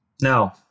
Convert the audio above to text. Now